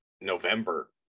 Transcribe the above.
November